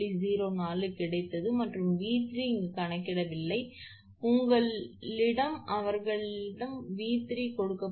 04 கிடைத்தது மற்றும் 𝑉3 நான் இங்கு கணக்கிடவில்லை உங்களிடம் அவர்களிடம் 𝑉3 கொடுக்கப்பட்டுள்ளது மன்னிக்கவும் 11 kV கொடுக்கப்பட்டுள்ளது